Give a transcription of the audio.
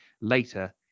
later